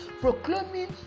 proclaiming